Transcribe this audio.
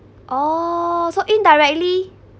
oh so indirectly